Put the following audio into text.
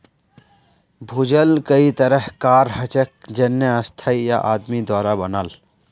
भूजल कई तरह कार हछेक जेन्ने स्थाई या आदमी द्वारा बनाल